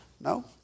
No